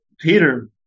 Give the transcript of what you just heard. Peter